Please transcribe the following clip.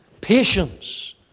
patience